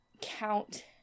count